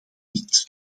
niet